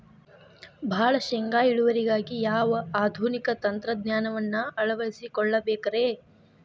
ಭಾಳ ಶೇಂಗಾ ಇಳುವರಿಗಾಗಿ ಯಾವ ಆಧುನಿಕ ತಂತ್ರಜ್ಞಾನವನ್ನ ಅಳವಡಿಸಿಕೊಳ್ಳಬೇಕರೇ?